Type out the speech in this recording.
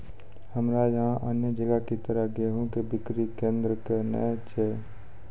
हमरा यहाँ अन्य जगह की तरह गेहूँ के बिक्री केन्द्रऽक नैय छैय?